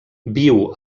viu